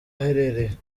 aherereye